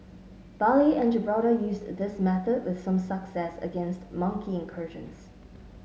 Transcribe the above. Bali and Gibraltar used this method with some success against monkey incursions